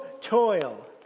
toil